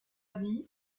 vie